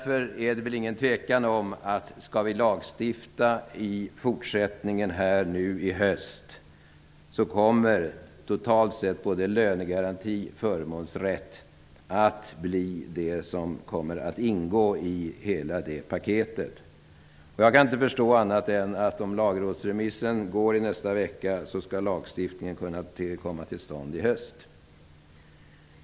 Det torde inte vara någon tvekan om att om vi skall lagstifta i fortsättningen här i höst, kommer totalt sett både lönegarantin och förmånsrätten att ingå i paketet. Jag kan inte förstå annat än att om lagrådsremissen går ut i nästa vecka så skall lagstiftning kunna komma till stånd i höst.